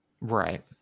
right